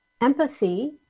Empathy